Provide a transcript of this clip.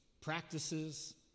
practices